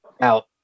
Out